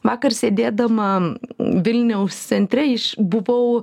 vakar sėdėdama vilniaus centre iš buvau